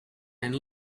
and